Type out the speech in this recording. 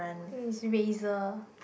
think is eraser